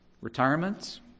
retirements